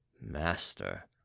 Master